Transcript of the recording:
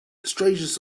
strangeness